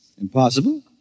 Impossible